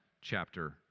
chapter